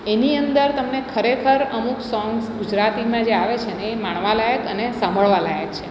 એની અંદર તમને ખરેખર અમુક સોંગ્સ ગુજરાતીમાં જે આવે છે ને એ માણવા લાયક અને સાંભળવા લાયક છે